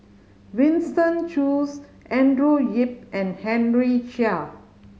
Winston Choos Andrew Yip and Henry Chia